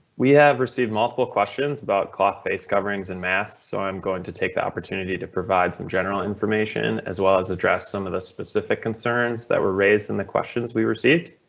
we have received multiple questions about cloth face coverings and mass so i'm going to take the opportunity to provide some general information as well as address some of the specific concerns that were raised in the questions we received.